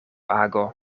ago